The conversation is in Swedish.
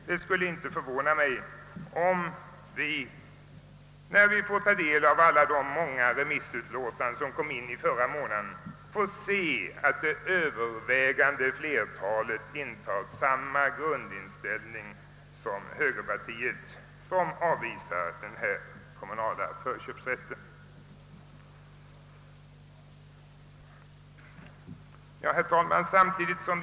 Det skulle inte förvåna mig om vi, när vi får ta del av de många remissvar som inkom förra månaden, får se att det övervägande flertalet intar samma grundinställning som högerpartiet, som avvisar tanken på en kommunal förköpsrätt. Herr talman!